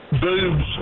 boobs